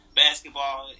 basketball